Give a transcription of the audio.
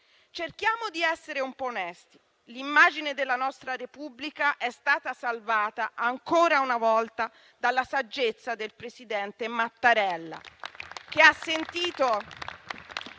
Cerchiamo di essere un po' onesti. L'immagine della nostra Repubblica è stata salvata ancora una volta dalla saggezza del presidente Mattarella,